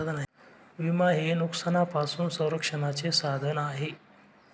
विमा हे नुकसानापासून संरक्षणाचे साधन आहे